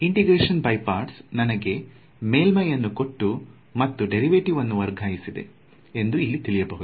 integration by parts ನನಗೆ ಮೇಲ್ಮೈ ಅನ್ನು ಕೊಟ್ಟು ಮತ್ತು ಡೇರಿವೆಟಿವ್ ಅನ್ನು ವರ್ಗಾಯಿಸಿದೆ ಎಂದು ಇಲ್ಲಿ ತಿಳಿಯಬಹುದು